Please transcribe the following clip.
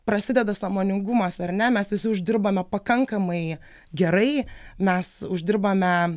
prasideda sąmoningumas ar ne mes visi uždirbame pakankamai gerai mes uždirbame